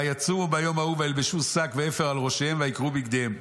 ויצומו ביום ההוא וילבשו שק ואפר על ראשיהם ויקרעו בגדיהם.